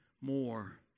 more